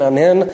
מהנהן.